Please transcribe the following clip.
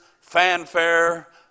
fanfare